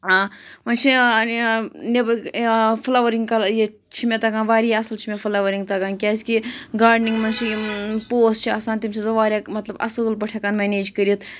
وۄنۍ چھِ فٕلَؤرِنٛگ یہِ چھِ مےٚ تگان واریاہ اَصٕل چھِ مےٚ تگان فٕلَؤرِنٛگ تَگان کیٛازِکہِ گاڈنِںٛگ منٛز چھِ یِم پوس چھِ آسان تِم چھَس بہٕ واریاہ مطلب اَصۭل پٲٹھۍ ہٮ۪کان مینیج کٔرِتھ